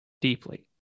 deeply